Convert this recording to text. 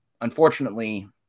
unfortunately